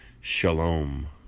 Shalom